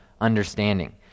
understanding